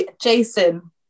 Jason